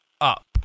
up